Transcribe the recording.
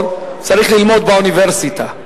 דוקטור צריך ללמוד באוניברסיטה.